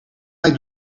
mij